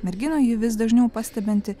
merginų ji vis dažniau pastebinti